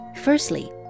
Firstly